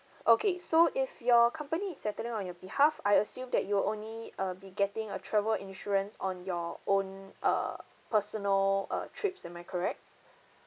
okay so if your company is settling on your behalf I assume that you only uh be getting a travel insurance on your own err personal uh trips am I correct